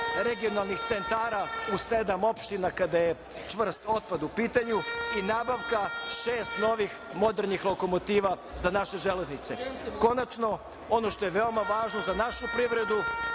regionalnih centara u sedam opština, kada je čvrst otpad u pitanju, i nabavka šest novih modernih lokomotiva za naše železnice. Konačno, ono što je veoma važno za našu privredu